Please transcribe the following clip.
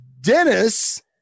Dennis